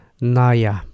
naya